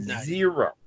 Zero